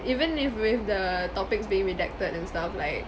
even if with the topics being redacted and stuff like